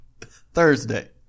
Thursday